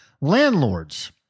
landlords